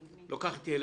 לוקחת ילד,